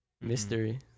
mystery